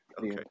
okay